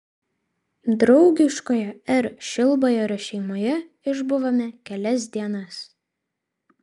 draugiškoje r šilbajorio šeimoje išbuvome kelias dienas